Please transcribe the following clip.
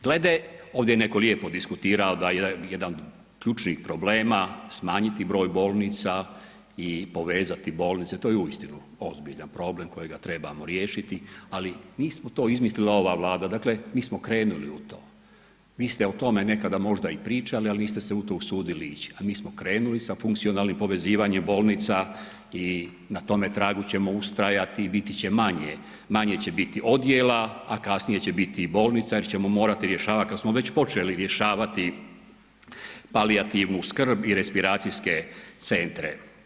Glede, ovdje je netko lijepo diskutirao da je jedan od ključnih problema smanjiti broj bolnica i povezati bolnice, to je uistinu ozbiljan problem kojega trebamo riješiti, ali nismo to izmislila ova Vlada, dakle mi smo krenuli u to, vi ste o tome nekada možda i pričali, ali niste se u to usudili ić, a mi smo krenuli sa funkcionalnim povezivanjem bolnica i na tome tragu ćemo ustrajati i biti će manje, manje će biti odjela, a kasnije će biti i bolnica jer ćemo morati rješavati, kad smo već počeli rješavati palijativnu skrb i respiracijske centre.